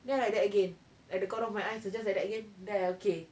then like that again at the corner of my eyes it's just like that again then okay